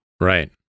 Right